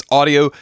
audio